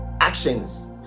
actions